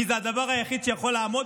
כי זה הדבר היחיד שיכול לעמוד,